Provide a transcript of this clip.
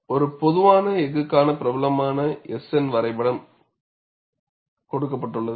ஒரு பொதுவான எஃகுக்கான பிரபலமான S N வரைபடம் கொடுக்கப்பட்டுள்ளது